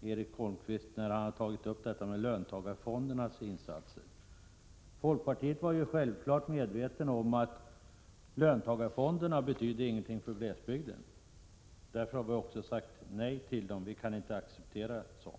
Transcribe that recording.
vad Erik Holmkvist säger om löntagarfondernas insatser. Folkpartiet var självfallet medvetet om att löntagarfonderna inte skulle komma att betyda någonting för glesbygden. Vi har också därför sagt nej till dem. Vi kan inte acceptera dem.